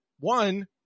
One